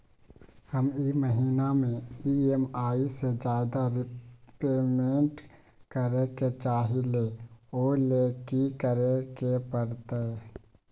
हम ई महिना में ई.एम.आई से ज्यादा रीपेमेंट करे के चाहईले ओ लेल की करे के परतई?